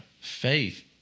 Faith